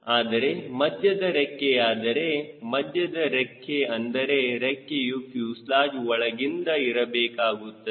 ಆದರೆ ಮಧ್ಯದ ರೆಕ್ಕೆಯಾದರೆ ಮಧ್ಯದ ರೆಕ್ಕೆ ಅಂದರೆ ರೆಕ್ಕೆಯು ಫ್ಯೂಸೆಲಾಜ್ ಒಳಗಿಂದ ಇರಬೇಕಾಗುತ್ತದೆ